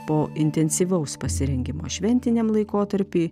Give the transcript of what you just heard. po intensyvaus pasirengimo šventiniam laikotarpiui